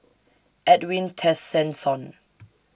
Edwin Tessensohn